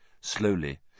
Slowly